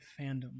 fandom